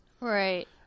Right